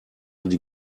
die